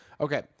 Okay